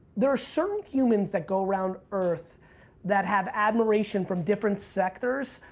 there are certain humans that go around earth that have admiration from different sectors.